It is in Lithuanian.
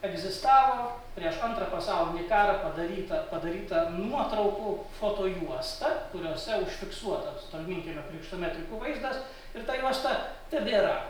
egzistavo prieš antrą pasaulinį karą padaryta padaryta nuotraukų fotojuosta kuriose užfiksuota tolminkiemio krikšto metrikų vaizdas ir ta juosta tebėra